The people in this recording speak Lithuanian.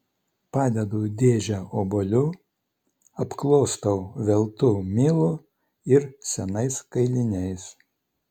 padedu dėžę obuolių apklostau veltu milu ir senais kailiniais